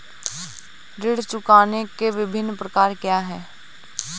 ऋण चुकाने के विभिन्न प्रकार क्या हैं?